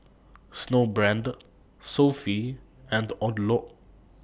Snowbrand Sofy and Odlo